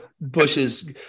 bushes